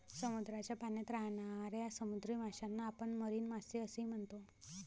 समुद्राच्या पाण्यात राहणाऱ्या समुद्री माशांना आपण मरीन मासे असेही म्हणतो